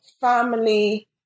family